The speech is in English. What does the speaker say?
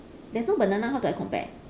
there's no banana how do I compare